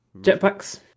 Jetpacks